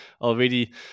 already